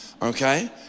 Okay